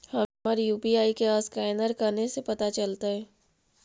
हमर यु.पी.आई के असकैनर कने से पता चलतै?